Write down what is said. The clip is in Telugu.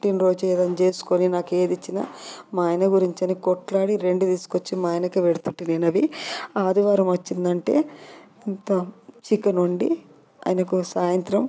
పుట్టిన రోజు ఏదన్నా చేసుకొని నాకు ఏది ఇచ్చినా మా ఆయన గురించి అని కొట్లాడి రెండు తీసుకొచ్చి మా ఆయనకు పెడుతుంటే నేను అవి ఆదివారం వచ్చిందంటే చికెన్ వండి ఆయనకు సాయంత్రం